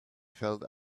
felt